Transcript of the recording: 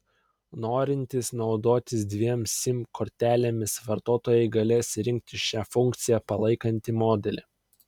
norintys naudotis dviem sim kortelėmis vartotojai galės rinktis šią funkciją palaikantį modelį